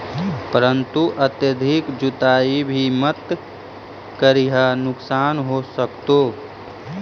परंतु अत्यधिक जुताई भी मत करियह नुकसान हो सकतो